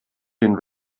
den